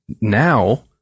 now